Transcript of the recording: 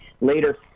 later